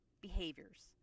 behaviors